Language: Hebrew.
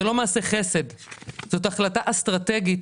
זה לא מעשה חסד אלא זאת החלטה אסטרטגית